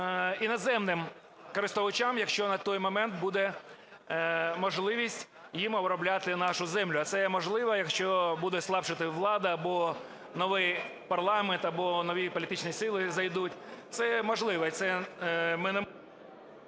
іноземним користувачам, якщо на той момент буде можливість їм обробляти нашу землю. А це є можливо, якщо буде слабшати влада або новий парламент, або нові політичні сили зайдуть. Це можливо.